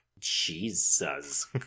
Jesus